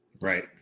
Right